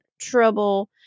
trouble